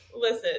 listen